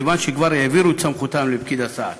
מכיוון שכבר העבירו את סמכותם לפקידי הסעד.